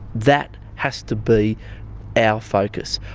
that has to be our focus.